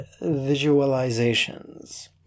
visualizations